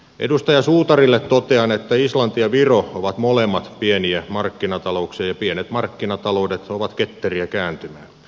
edustaja suutarille totean että islanti ja viro ovat molemmat pieniä markkinatalouksia ja pienet markkinataloudet ovat ketteriä kääntymään